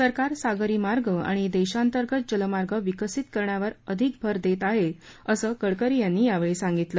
सरकार सागरी मार्ग आणि देशांतर्गत जलमार्ग विकसित करण्यावर अधिक भर देत आहे असं गडकरी यावेळी म्हणाले